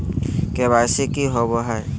KYC की हॉबे हय?